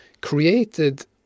created